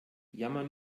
jammern